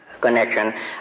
connection